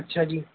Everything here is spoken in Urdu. اچھا جی